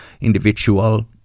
individual